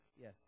Yes